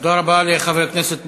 תודה רבה לחבר הכנסת ברכה.